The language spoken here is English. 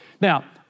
Now